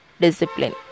discipline